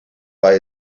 buy